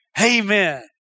Amen